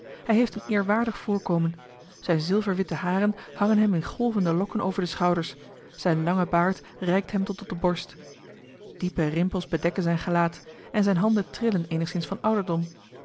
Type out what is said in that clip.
hij heeft een eerwaardig voorkomen zijne zilverwitte haren hangen hem in golvende lokken over de schouders zijn lange baard reikt hem tot op de borst diepe rimpels bedekken zijn gelaat en zijne handen trillen eenigszins van ouderdom